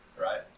right